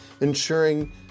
ensuring